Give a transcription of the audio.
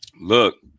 Look